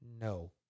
no